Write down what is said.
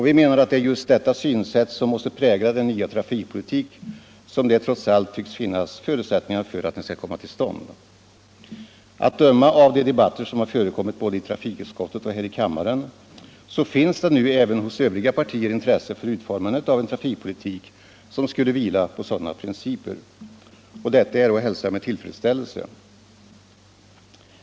Vi menar att det är just detta synsätt som måste prägla den nya trafikpolitik som det trots allt tycks finnas förutsättningar att bygga upp. Att döma av de debatter som har förekommit både i trafikutskottet och i kammaren finns det nu även hos övriga partier intresse för utformandet av en trafikpolitik som skulle vila på sådana principer. Detta är att hälsa med tillfredsställelse.